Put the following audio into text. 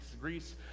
Greece